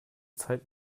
zeit